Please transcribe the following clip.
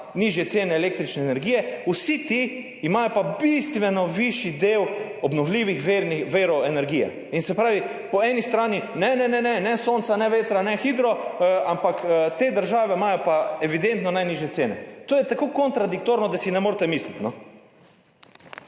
nižje cene električne energije, vsi ti pa imajo bistveno višji del obnovljivih virov energije. Se pravi, po eni strani ne sonca, ne vetra, ne hidro, ampak te države imajo pa evidentno najnižje cene. To je tako kontradiktorno, da si ne morete misliti.